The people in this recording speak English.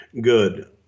good